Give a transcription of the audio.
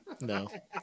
No